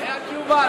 דרך אגב,